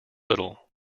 little